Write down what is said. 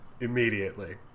immediately